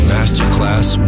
Masterclass